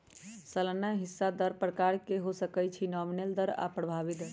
सलाना हिस्सा दर प्रकार के हो सकइ छइ नॉमिनल दर आऽ प्रभावी दर